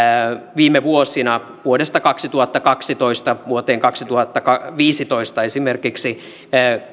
viime vuosina vuodesta kaksituhattakaksitoista vuoteen kaksituhattaviisitoista esimerkiksi